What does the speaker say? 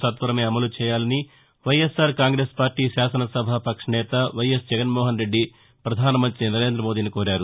నత్వరమే అమలు చేయాలని వైఎస్సార్ కాంగ్రెస్ పార్టీ శాసననభ వక్ష నేత వైఎస్ జగన్ మోహన్ రెడ్డి ప్రధానమంగ్రితి నరేంద్ర మోదీని కోరారు